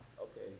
okay